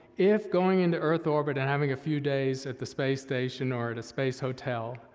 if going into earth orbit and having a few days at the space station or at a space hotel,